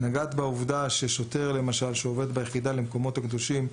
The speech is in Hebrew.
נגעת בעובדה ששוטר שעובד ביחידה למקומות הקדושים,